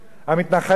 המתנחלים,